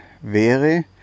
wäre